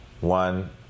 One